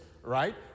right